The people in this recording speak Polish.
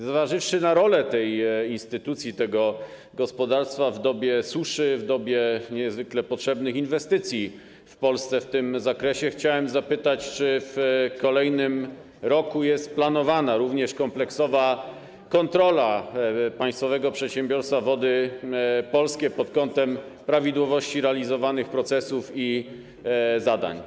Zważywszy na rolę tej instytucji, tego gospodarstwa w dobie suszy, w dobie niezwykle potrzebnych inwestycji w Polsce w tym zakresie, chciałem zapytać, czy w kolejnym roku również jest planowana kompleksowa kontrola państwowego przedsiębiorstwa Wody Polskie pod kątem prawidłowości realizowanych procesów i zadań.